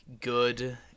good